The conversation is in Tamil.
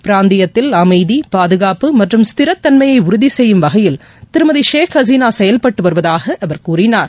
பிராந்தியத்தில் அமைதி பாதுகாப்பு மற்றும் ஸ்திரத்தன்மையை உறுதி செய்யும் வகையில் திருமதி ஷேக் ஹசீனா செயல்பட்டு வருவதாக கூறினார்